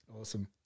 Awesome